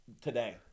today